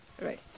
right